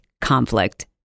conflict